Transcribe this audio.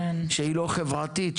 שהיא לא חברתית,